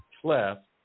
cleft